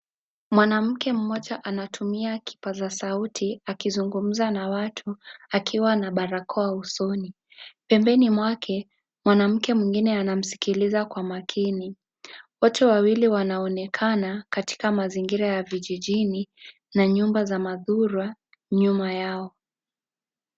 Mwanamke mmoja anatumia kipaza sauti akizungumza na watu akiwa na barakoa usoni. Pembeni mwake mwanamke mwingine anamsikiliza kwa makini. Wote wawili wanaonekana katika mazingira ya vijijini na nyumba za mathurwa nyuma yao.